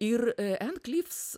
ir ann klyvs